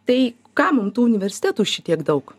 tai ką mum tų universitetų šitiek daug